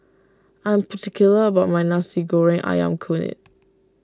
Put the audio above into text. I am particular about my Nasi Goreng Ayam Kunyit